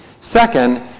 Second